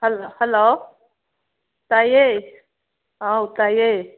hello ꯇꯥꯏꯌꯦ ꯑꯧ ꯇꯥꯏꯌꯦ